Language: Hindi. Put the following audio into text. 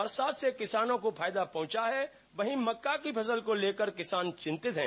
बरसात से किसानों को फायदा पहुंचा है वहीं मक्का की फसल को लेकर किसान चिंतित हैं